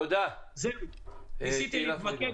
ניסיתי להתמקד,